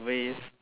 waste